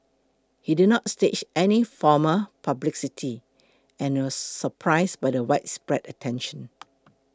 he did not stage any formal publicity and was surprised by the widespread attention